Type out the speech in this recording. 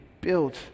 built